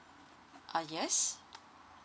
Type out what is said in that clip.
uh yes